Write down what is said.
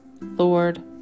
Lord